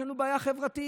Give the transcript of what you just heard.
יש לנו בעיה חברתית,